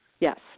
Yes